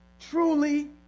Truly